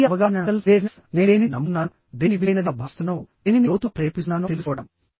స్వీయ అవగాహనః నేను దేనిని నమ్ముతున్నానో దేనిని విలువైనదిగా భావిస్తున్నానో దేనిని లోతుగా ప్రేరేపిస్తున్నానో తెలుసుకోవడం